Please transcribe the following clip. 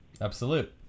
Absolute